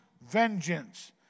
vengeance